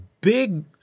big